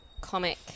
comic